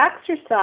exercise